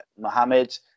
Mohammed